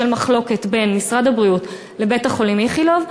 בשל מחלוקת בין משרד הבריאות לבית-החולים איכילוב,